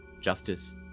justice